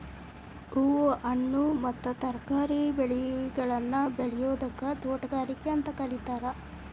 ಹೂ, ಹಣ್ಣು ಮತ್ತ ತರಕಾರಿ ಬೆಳೆಗಳನ್ನ ಬೆಳಿಯೋದಕ್ಕ ತೋಟಗಾರಿಕೆ ಅಂತ ಕರೇತಾರ